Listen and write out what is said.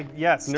yes, and